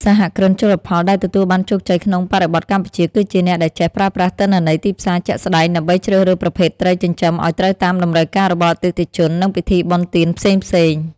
សហគ្រិនជលផលដែលទទួលបានជោគជ័យក្នុងបរិបទកម្ពុជា គឺជាអ្នកដែលចេះប្រើប្រាស់ទិន្នន័យទីផ្សារជាក់ស្ដែង ដើម្បីជ្រើសរើសប្រភេទត្រីចិញ្ចឹមឱ្យត្រូវតាមតម្រូវការរបស់អតិថិជន និងពិធីបុណ្យទានផ្សេងៗ។